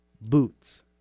boots